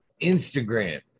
instagram